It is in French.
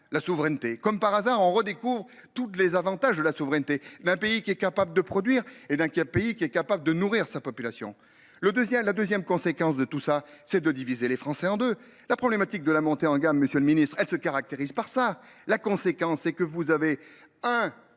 la souveraineté comme par hasard on redécouvre toutes les avantages de la souveraineté d'un pays qui est capable de produire et d'pays qui est capable de nourrir sa population le 2ème la 2ème. Conséquence de tout ça, c'est de diviser les Français en de la problématique de la montée en gamme, Monsieur le ministre, elle se caractérise par ça. La conséquence, c'est que vous avez un